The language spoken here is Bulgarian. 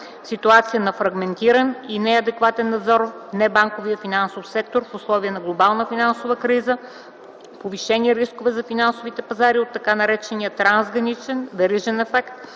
ситуация на фрагментиран и неадекватен надзор в небанковия финансов сектор в условия на глобална финансова криза, повишени рискове за финансовите пазари от така наречения трансграничен верижен ефект